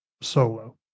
solo